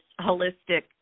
holistic